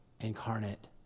incarnate